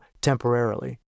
temporarily